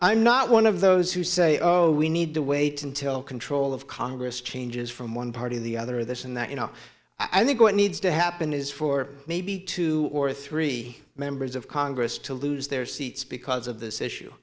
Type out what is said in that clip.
i'm not one of those who say we need to wait until control of congress changes from one party or the other of this and that you know i think what needs to happen is for maybe two or three members of congress to lose their seats because of this issue